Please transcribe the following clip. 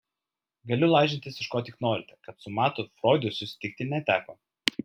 galiu lažintis iš ko tik norite kad su matu froidui susitikti neteko